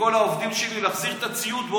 מכל העובדים שלי, להחזיר את הציוד.